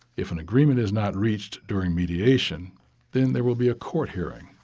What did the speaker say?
if an agreement is not reached during mediation then there will be a court hearing.